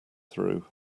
through